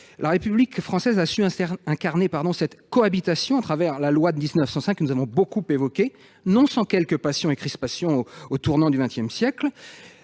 La République française a su incarner cette cohabitation à travers la loi de 1905, que nous avons beaucoup évoquée. Cela ne s'est pas fait sans quelques passions et crispations, notamment au tournant du XX siècle.